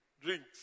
drinks